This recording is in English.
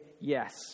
yes